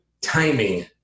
timing